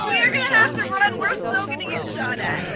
we're gonna have to run. we're so gonna get shot at